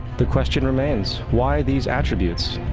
the question remains why these attributes,